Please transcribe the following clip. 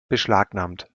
beschlagnahmt